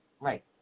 right